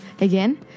Again